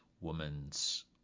woman's